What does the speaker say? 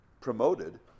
promoted